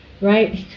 right